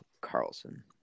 Carlson